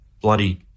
bloody